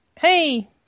hey